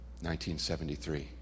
1973